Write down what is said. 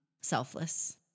selfless